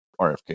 RFK